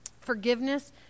Forgiveness